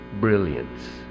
brilliance